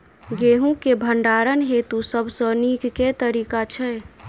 गेंहूँ केँ भण्डारण हेतु सबसँ नीक केँ तरीका छै?